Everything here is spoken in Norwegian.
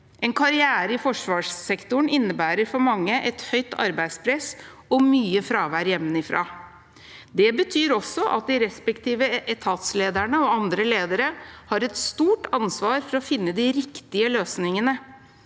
En karriere i forsvarssektoren innebærer for mange et høyt arbeidspress og mye fravær hjemmefra. Det betyr også at de respektive etatslederne og andre ledere har et stort ansvar for å finne de riktige løsningene.